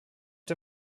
der